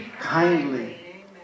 kindly